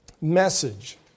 Message